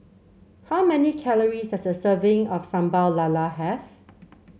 how many calories does a serving of Sambal Lala have